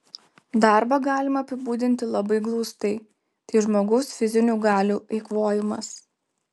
darbą galima apibūdinti labai glaustai tai žmogaus fizinių galių eikvojimas